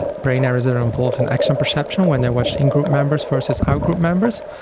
brain areas that are involved in action perception when they watched in-group members versus out-group members.